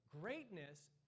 Greatness